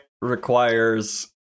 requires